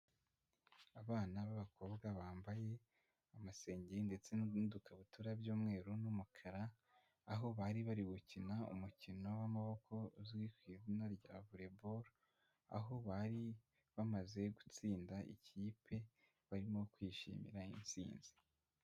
Abana b'abakobwa bambaye amasengeri ndetse n'udukabutura by'umweru n'umukara, aho bari bari gukina umukino w'amaboko uzwi ku izina rya volleyball, aho bari bamaze gutsinda ikipe barimo kwishimira intsinzi.